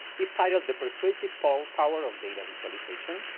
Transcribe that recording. is titled the persuasive power power of data visualization.